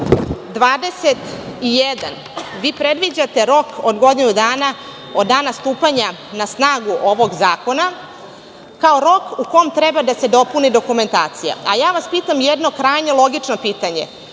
21. predviđate rok od godinu dana od dana stupanja na snagu ovog zakona, kao rok u kome treba da se dopuni dokumentacija. Pitam vas jedno krajnje logično pitanje,